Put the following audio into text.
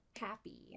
happy